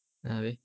ah habis